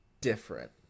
different